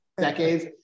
decades